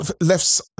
left